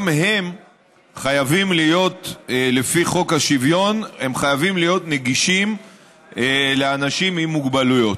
גם הם לפי חוק השוויון חייבים להיות נגישים לאנשים עם מוגבלויות.